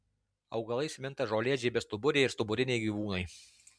augalais minta žolėdžiai bestuburiai ir stuburiniai gyvūnai